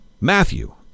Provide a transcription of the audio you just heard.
Matthew